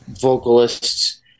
vocalists